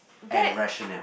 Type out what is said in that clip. and rationale